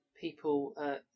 people